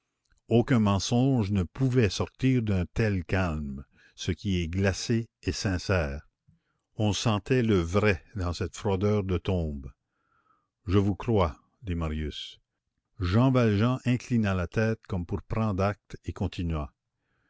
aucun mensonge ne pouvait sortir d'un tel calme ce qui est glacé est sincère on sentait le vrai dans cette froideur de tombe je vous crois dit marius jean valjean inclina la tête comme pour prendre acte et continua